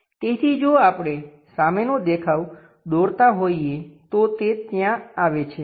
તેથી જો આપણે સામેનો દેખાવ દોરતા હોઈએ તો તે ત્યાં આવે છે